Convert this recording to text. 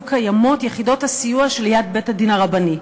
קיימות יחידות הסיוע שליד בית-הדין הרבני,